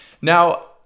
Now